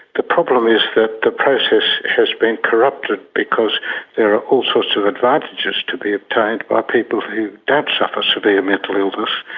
the problem is that the process has been corrupted, because there are all sorts of advantages to be obtained by people who don't suffer severe mental illness,